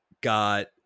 Got